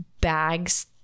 bags